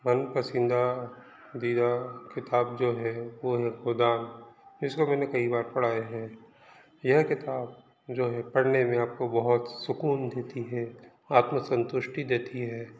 मन पसंदीदा किताब जो है वो है गोदान इसको मैंने कई बार पढ़ा है यह किताब जो है पढ़ने में आपको बहुत सुकून देती है आत्म संतुष्टी देती है